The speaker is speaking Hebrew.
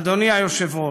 אדוני היושב-ראש,